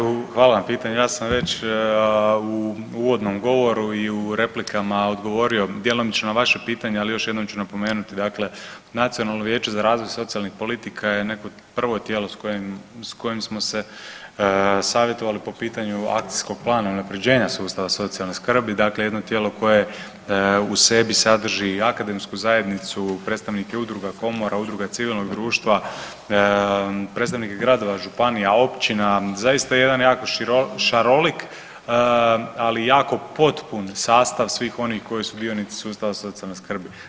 Pa ja se neću, hvala na pitanju, ja sam već u uvodnom govoru i u replikama odgovorio djelomično na vaše pitanje, ali još jednom ću napomenuti, dakle Nacionalno vijeće za razvoj socijalnih politika je neko prvo tijelo s kojim smo se savjetovali po pitanju akcijskog plana unaprjeđenja sustava socijalne skrbi, dakle jedno tijelo koje u sebi sadrži akademsku zajednicu, predstavnike udruga, komora, udruga civilnog društva, predstavnike gradova, županija, općina, zaista jedan jako šarolik, ali jako potpun sastav svih onih koji su dionici sustava socijalne skrbi.